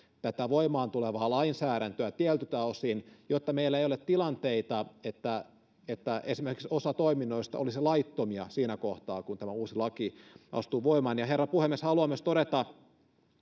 tätä voimaantulevaa lainsäädäntöä tietyiltä osin jotta meillä ei ole tilanteita että esimerkiksi osa toiminnoista olisi laittomia siinä kohtaa kun tämä uusi laki astuu voimaan herra puhemies haluan myös todeta